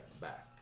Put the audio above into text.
back